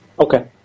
Okay